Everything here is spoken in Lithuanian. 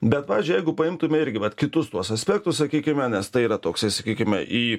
bet pavyzdžiui jeigu paimtume irgi vat kitus tuos aspektus sakykime nes tai yra toks sakykime į